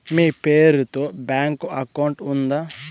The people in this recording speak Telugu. మీ పేరు తో బ్యాంకు అకౌంట్ ఉందా?